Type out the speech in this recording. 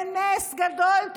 בנס גדול,